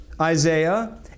Isaiah